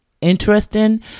interesting